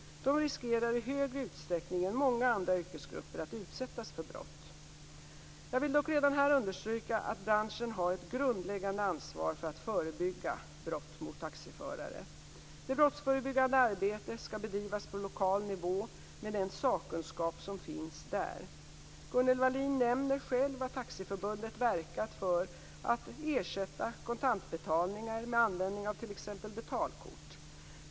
De riskerar i större utsträckning än många andra yrkesgrupper att utsättas för brott. Jag vill dock redan här understryka att branschen har ett grundläggande ansvar för att förebygga brott mot taxiförare. Det brottsförebyggande arbetet skall bedrivas på lokal nivå med den sakkunskap som finns där. Gunnel Wallin nämner själv att Taxiförbundet verkat för att ersätta kontantbetalningar med användning av t.ex. betalkort.